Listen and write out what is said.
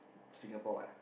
Singapore what